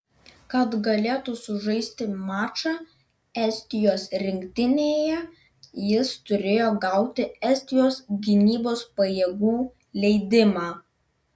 kad galėtų sužaisti mačą estijos rinktinėje jis turėjo gauti estijos gynybos pajėgų leidimą